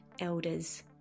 elders